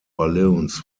balloons